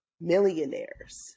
millionaires